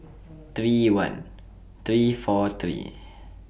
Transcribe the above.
three one three four three